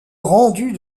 rendu